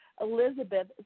Elizabeth